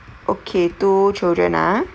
okay two children ah